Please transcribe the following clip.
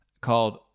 called